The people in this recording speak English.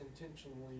intentionally